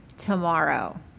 tomorrow